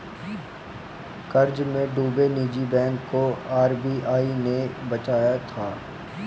कर्ज में डूबे निजी बैंक को आर.बी.आई ने बचाया था